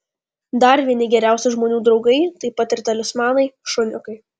dar vieni geriausi žmonių draugai taip pat ir talismanai šuniukai